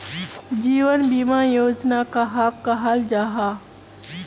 जीवन बीमा योजना कहाक कहाल जाहा जाहा?